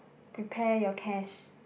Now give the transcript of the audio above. prepare your cash